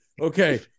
Okay